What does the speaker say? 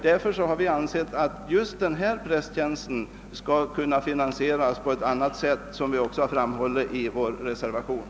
Därför har vi ansett att just denna prästtjänst skall kunna finansieras på ett annat sätt, såsom vi framhållit i vår reservation.